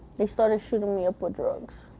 they started shooting me up with drugs.